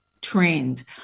trained